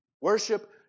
Worship